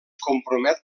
compromet